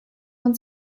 man